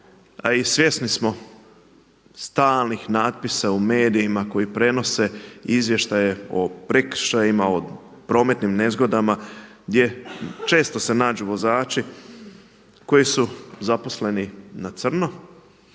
a i svjesni smo stalnih natpisa u medijima koji prenose izvještaje o prekršajima, o prometnim nezgodama gdje često se nađu vozači koji su zaposleni na crno